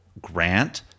grant